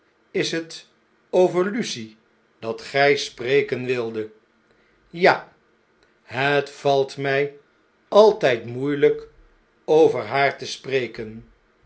ls het over lucie dat gij spreken wildet ja het valt mij altjjd moeieljjk over haar te spreken